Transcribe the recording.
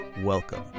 Welcome